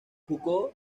jugó